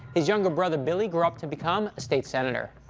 his younger brother billy grew up to become a state senator.